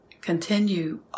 continue